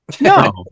No